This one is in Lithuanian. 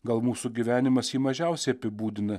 gal mūsų gyvenimas jį mažiausiai apibūdina